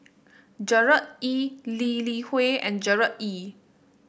Gerard Ee Lee Li Hui and Gerard Ee